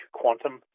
quantum